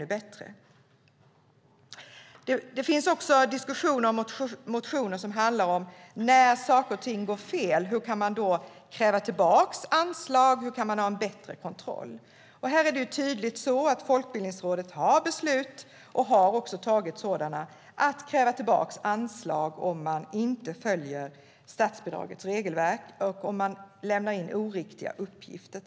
Det finns också diskussioner och motioner som handlar om hur man ska kunna kräva tillbaka anslag om saker och ting går fel och hur man kan ha en bättre kontroll. Här är det tydligt att Folkbildningsrådet har tagit beslut om att kräva tillbaka anslag om man inte följer statsbidragets regelverk eller om man till exempel lämnar oriktiga uppgifter.